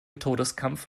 todeskampf